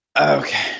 okay